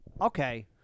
Okay